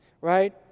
right